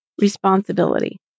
responsibility